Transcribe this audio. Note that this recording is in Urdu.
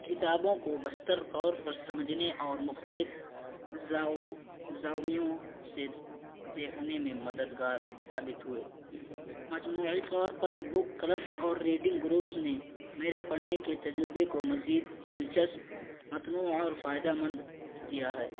کتابوں کو بہتر طور پر سمجھنے اور مختلف زاویوں سے دیکھنے میں مددگار ثابت ہوئے مجموعی طور پر بک کلبس اور ریڈنگ گروپس نے میرے پڑھنے کے تجربے کو مزید دلچسپ متنوع اور فائدہ مند دیا ہے